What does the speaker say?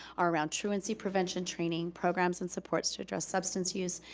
are around truancy prevention training, programs and supports to address substance use,